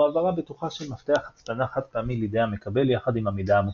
הוא העברה בטוחה של מפתח הצפנה חד פעמי לידי המקבל יחד עם המידע המוצפן,